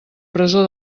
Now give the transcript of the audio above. presó